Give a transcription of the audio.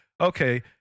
Okay